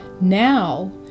Now